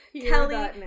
Kelly